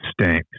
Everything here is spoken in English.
stinks